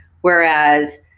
Whereas